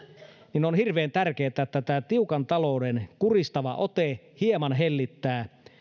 niin on hirveän tärkeätä että tämä tiukan talouden kuristava ote hieman hellittää